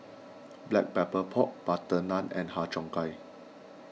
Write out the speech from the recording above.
Black Pepper Pork Butter Naan and Har Cheong Gai